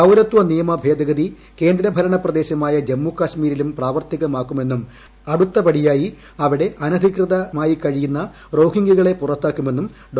പൌരത്വ നിയമ ഭേദഗതി കേന്ദ്രഭരണ പ്രദേശമായ ജമ്മുകശ്മീരിലും പ്രാവർത്തികമാക്കുമെന്നും അടുത്തപടിയായി അവിടെ അനധികൃതമായി കഴിയുന്ന റോഹിംഗൃകളെ പുറത്താക്കുമെന്നും ഡോ